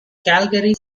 calgary